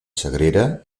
sagrera